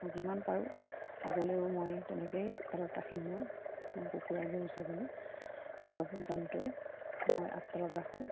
আৰু যিমান পাৰোঁ আগলৈও মই তেনেকৈয়ে আপডালত ৰাখিম মই কুকুৰা গৰু ছাগলী চব জন্তুৱে মই আপডালত ৰাখোঁ